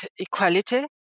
equality